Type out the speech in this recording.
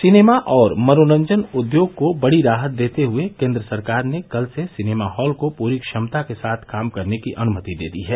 cinema और मनोरंजन उद्योग को बड़ी राहत देते हुए केन्द्र सरकार ने कल से सिनेमा हॉल को पूरी क्षमता के साथ काम करने की अनुमति दे दी है